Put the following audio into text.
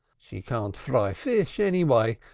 she can't fry fish any way.